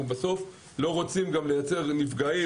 בסוף אנחנו לא רוצים לייצר נפגעים,